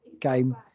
game